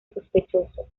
sospechoso